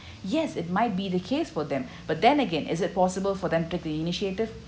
yes it might be the case for them but then again is it possible for them to be initiative